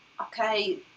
okay